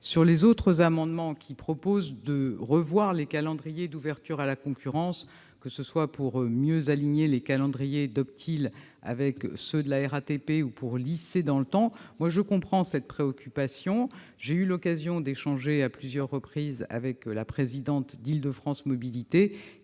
Les autres amendements ont pour objet de revoir les calendriers d'ouverture à la concurrence, que ce soit pour mieux aligner les calendriers d'Optile sur ceux de la RATP ou pour lisser l'ouverture dans le temps. Je comprends cette préoccupation. J'ai eu l'occasion d'échanger sur ce sujet à plusieurs reprises avec la présidente d'Île-de-France Mobilités,